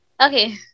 Okay